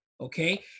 okay